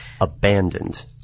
Abandoned